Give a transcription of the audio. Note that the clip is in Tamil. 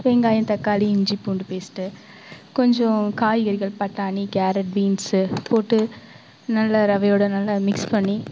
வெங்காயம் தக்காளி இஞ்சி பூண்டு பேஸ்ட்டு கொஞ்சம் காய்கறிகள் பட்டாணி கேரட் பீன்ஸு போட்டு நல்ல ரவையோட நல்லா மிக்ஸ் பண்ணி